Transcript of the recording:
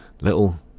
little